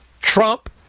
Trump